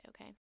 okay